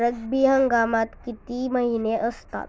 रब्बी हंगामात किती महिने असतात?